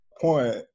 point